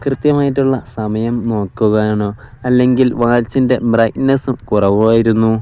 കൃത്യമായിട്ടുള്ള സമയം നോക്കുവാനോ അല്ലെങ്കിൽ വാച്ചിൻ്റെ ബ്രൈറ്റ്നസ്സും കുറവായിരുന്നു